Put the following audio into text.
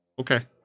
Okay